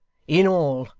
in all,